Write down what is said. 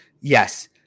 Yes